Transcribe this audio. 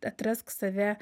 atrask save